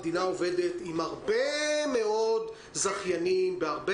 המדינה עובדת עם הרבה מאוד זכיינים בהרבה